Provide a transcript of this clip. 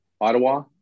Ottawa